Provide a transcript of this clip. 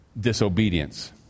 disobedience